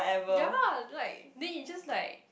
ya like then you just like